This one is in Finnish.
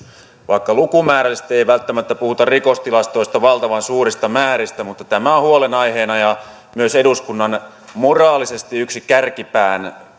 vaikka lukumäärällisesti ei välttämättä puhuta rikostilastoissa valtavan suurista määristä tämä on huolenaiheena ja myös moraalisesti yksi eduskunnan kärkipään